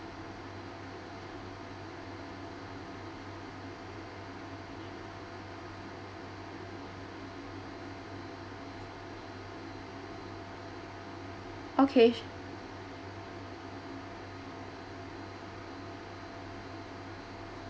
okay